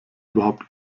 überhaupt